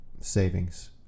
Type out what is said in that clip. savings